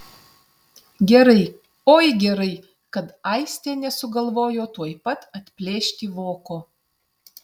gerai oi gerai kad aistė nesugalvojo tuoj pat atplėšti voko